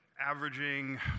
Averaging